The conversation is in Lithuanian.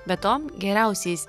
be to geriausiais